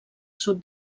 sud